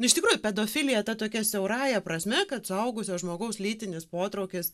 nu iš tikrųjų pedofilija ta tokia siaurąja prasme kad suaugusio žmogaus lytinis potraukis